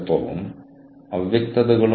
പക്ഷേ അത് അവരുടെ ബൌദ്ധിക സ്വത്താണ്